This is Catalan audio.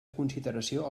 consideració